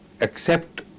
accept